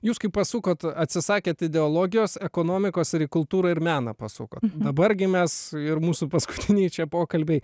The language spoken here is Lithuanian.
jūs kai pasukot atsisakėt ideologijos ekonomikos ir į kultūrą ir meną pasukot dabar gi mes ir mūsų paskutiniai čia pokalbiai